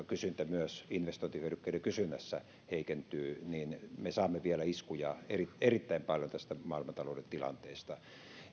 kysyntä myös investointihyödykkeiden kysynnässä heikentyy me saamme vielä iskuja erittäin paljon tästä maailmantalouden tilanteesta